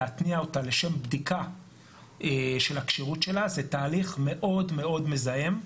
להתניע אותה לשם בדיקה של הכשירות שלה זה תהליך מאוד מזהם,